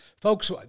folks